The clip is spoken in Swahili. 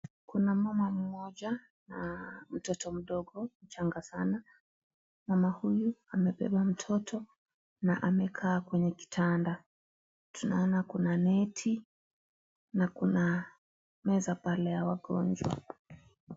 Kuna mama mmoja na mtoto mdogo mchanga sana. Mama huyu amebeba mtoto na amekaa kwenye kitanda, tunaona kuna neti na kuna meza pale ya wagonjwa.